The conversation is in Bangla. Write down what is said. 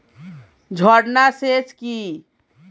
ঝর্না সেচ কি?